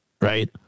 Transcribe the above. right